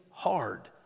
hard